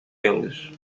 eles